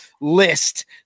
list